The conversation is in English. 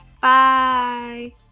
Bye